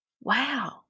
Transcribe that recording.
Wow